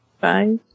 Bye